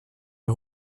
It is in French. est